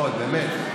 אוי, באמת.